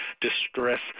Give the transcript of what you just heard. distress